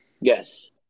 Yes